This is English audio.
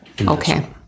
Okay